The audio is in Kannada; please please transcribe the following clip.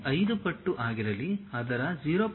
5 ಪಟ್ಟು ಆಗಿರಲಿ ಅದರ 0